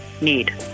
need